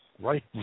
right